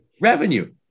revenue